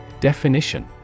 Definition